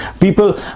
people